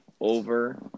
over